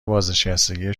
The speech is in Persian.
بازنشستگی